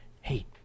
Hey